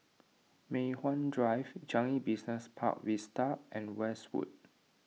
Mei Hwan Drive Changi Business Park Vista and Westwood